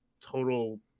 total